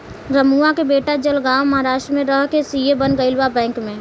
रमुआ के बेटा जलगांव महाराष्ट्र में रह के सी.ए बन गईल बा बैंक में